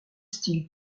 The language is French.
styles